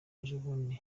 ejobundi